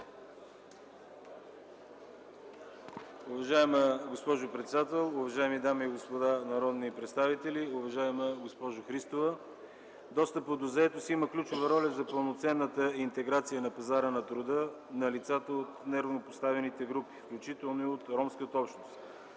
Уважаема госпожо председател, уважаеми дами и господа народни представители, уважаема госпожо Христова! Достъпът до заетост има ключова роля за пълноценната интеграция на пазара на труда на лицата от неравнопоставените групи, включително и от ромската общност.